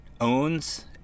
owns